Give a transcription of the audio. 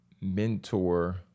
mentor